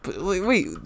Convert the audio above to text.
wait